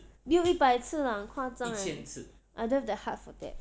没有一百次 lah 很夸张 eh I don't have the heart for that